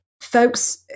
Folks